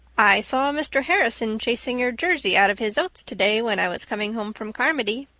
i saw mr. harrison chasing your jersey out of his oats today when i was coming home from carmody.